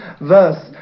verse